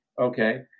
okay